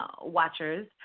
watchers